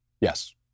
Yes